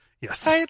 yes